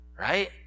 Right